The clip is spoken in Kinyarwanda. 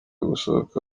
gusohoka